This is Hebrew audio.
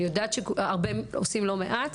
אני יודעת שהרבה עושים לא מעט.